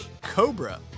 Cobra